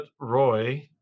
Roy